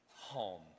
home